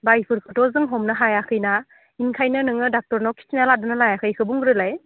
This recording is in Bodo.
बा बेफोरखौथ' जों हमनो हायाखैना ओंखायनो नोङो डक्ट'रनाव खिन्थिना लादोंना लायाखै बेखौ बुंग्रोलाय